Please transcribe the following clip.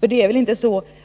Resonemanget stämmer inte, Elver Jonsson.